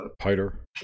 Peter